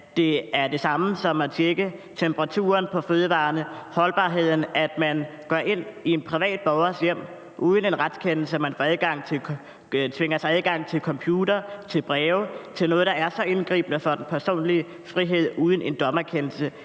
det er det samme som at tjekke temperaturen på fødevarerne og deres holdbarhed, når man går ind i en borgers hjem uden en retskendelse og tiltvinger sig adgang til borgerens computer og breve og altså noget, der er så indgribende i den personlige frihed, uden en dommerkendelse?